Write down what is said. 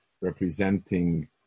representing